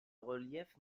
relief